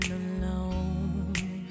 alone